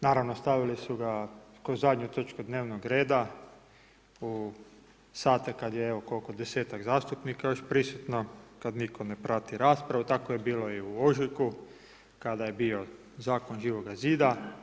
Naravno stavili su ga kao zadnju točku dnevnog reda u sate kada je evo, koliko, 10-ak zastupnika još prisutno, kada nitko ne prati raspravu, tako je bilo i u ožujku, kada je bio zakon Živoga zida.